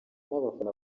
n’abafana